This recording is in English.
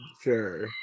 Sure